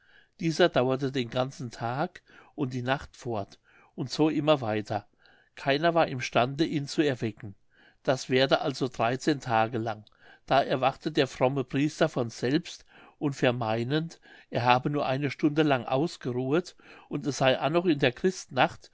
dieser dauerte den ganzen tag und die nacht fort und so immer weiter keiner war im stande ihn zu erwecken das währte also dreizehn tage lang da erwachte der fromme priester von selbst und vermeinend er habe nur eine stunde lang ausgeruhet und es sey annoch in der